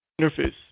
interface